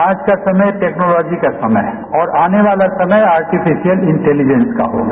आज का समय टेक्नोलोजी का समय है और आने वाला समय आर्टीफिशियल इंटैलिजैंस का होगा